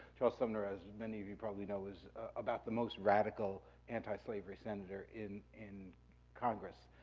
charles sumner, as many of you probably know, is about the most radical antislavery senator in in congress.